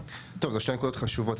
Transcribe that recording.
טוב, זה שתי נקודות חשובות.